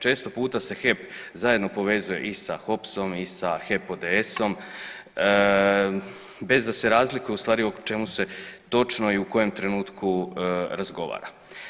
Često puta se HEP zajedno povezuje i sa HOPS-om i sa HEP ODS-om bez da se razlikuje u stvari o čemu se točno i u kojem trenutku razgovara.